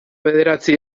bederatzi